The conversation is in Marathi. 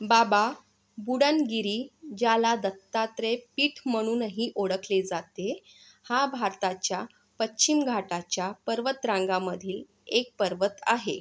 बाबा बुडनगिरी ज्याला दत्तात्रेय पीठ म्हणूनही ओळखले जाते हा भारताच्या पश्चिम घाटाच्या पर्वतरांगामधील एक पर्वत आहे